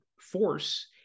force